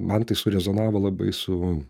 man tai surezonavo labai su